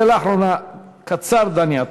שאלה אחרונה, קצר, דני עטר.